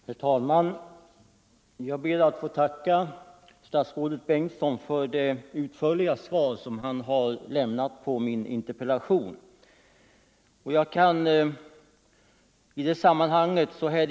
Herr talman! Jag ber att få tacka statsrådet Bengtsson för det utförliga svar som han har lämnat på min interpellation.